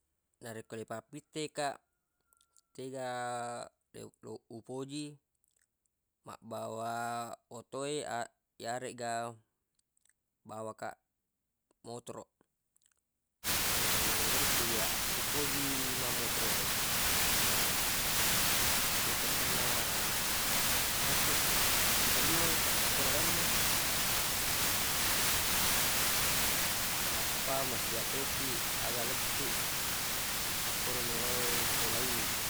Narekko ripappitte kaq tega le- lo- upoji mabbawa otoe yaregga bawa kaq motoroq menurukku iyyaq upoji wi mammotoroq e nasabaq deq to kenna maceq akko saliweng akko lalengnge nappa masijaq topi aga lettuq akkoro melo e le lowwi.